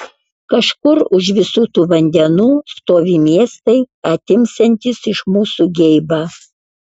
kažkur už visų tų vandenų stovi miestai atimsiantys iš mūsų geibą